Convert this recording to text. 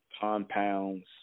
compounds